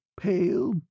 pale